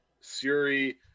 Siri